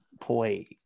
play